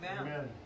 Amen